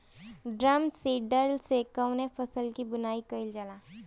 Drum seeder से कवने फसल कि बुआई कयील जाला?